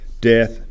death